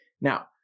Now